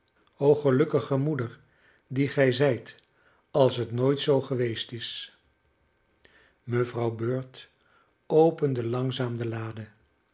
o gelukkige moeder die gij zijt als het nooit zoo geweest is mevrouw bird opende langzaam de lade